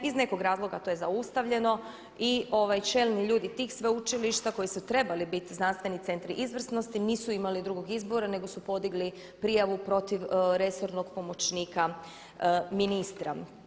Iz nekog razloga to je zaustavljeno i čelni ljudi tih sveučilišta koji su trebali biti znanstveni centri izvrsnosti nisu imali drugog izbora nego su podigli prijavu protiv resornog pomoćnika ministra.